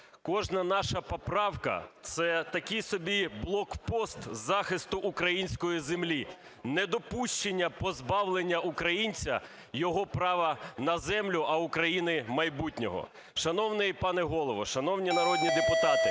Кожна наша поправка – це такий собі блокпост захисту української землі, недопущення позбавлення українця його права на землю, а України майбутнього. Шановний пане Голово, шановні народні депутати,